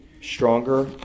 stronger